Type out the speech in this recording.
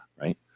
Right